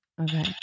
okay